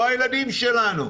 לא הילדים שלנו.